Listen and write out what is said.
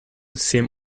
seem